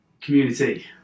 Community